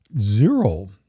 Zero